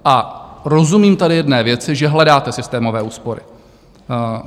A rozumím tady jedné věci, že hledáte systémové úspory.